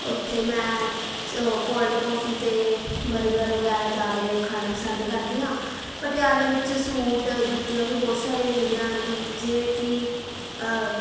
ਉੱਥੇ ਮੈਂ cold coffee ਅਤੇ ਬਰਗਰ ਵਗੈਰਾ ਜ਼ਿਆਦਾ ਖਾਣਾ ਪਸੰਦ ਕਰਦੀ ਹਾਂ ਪਟਿਆਲਾ ਵਿੱਚ ਸੂਟ ਜੁੱਤੀਆਂ ਵੀ ਬਹੁਤ ਸਾਰੀਆਂ ਮਿਲਦੀਆਂ ਹਨ ਜਿਵੇਂ ਕਿ